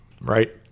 right